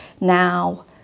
Now